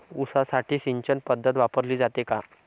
ऊसासाठी सिंचन पद्धत वापरली जाते का?